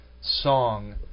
song